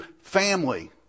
family